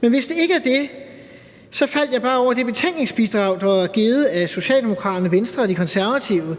være, at det ikke er det, og her faldt jeg bare over det betænkningsbidrag, som er blevet afgivet af Socialdemokraterne, Venstre og De Konservative, og